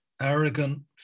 arrogant